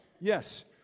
yes